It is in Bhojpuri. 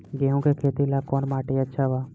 गेहूं के खेती ला कौन माटी अच्छा बा?